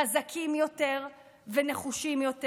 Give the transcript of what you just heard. חזקים יותר ונחושים יותר.